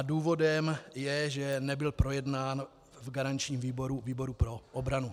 Důvodem je, že nebyl projednán v garančním výboru, výboru pro obranu.